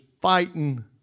fighting